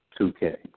2K